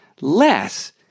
less